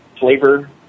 flavor